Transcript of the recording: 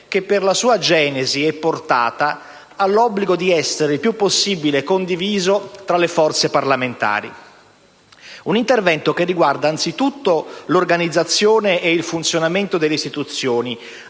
che per la sua genesi e portata ha l'obbligo di essere il più possibile condiviso tra le forze parlamentari. Un intervento che riguarda anzitutto l'organizzazione e il funzionamento delle istituzioni,